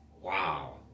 Wow